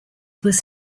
was